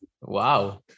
Wow